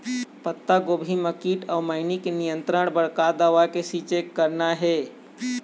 पत्तागोभी म कीट अऊ मैनी के नियंत्रण बर का दवा के छींचे करना ये?